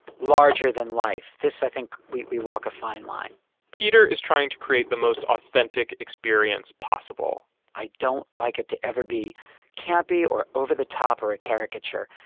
larger than life, this i think we we walk a fine line peter is trying to create the most authentic experience possible i don't like it to ever be campy or over the top or a caricature.